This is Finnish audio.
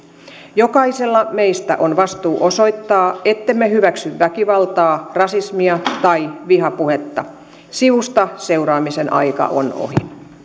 jokaisella meistä on vastuu osoittaa ettemme hyväksy väkivaltaa rasismia tai vihapuhetta sivusta seuraamisen aika on ohi